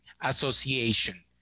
association